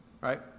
right